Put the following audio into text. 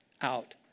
out